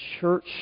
Church